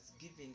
giving